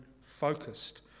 focused